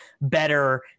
better